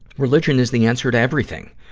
religion is the answer to everything.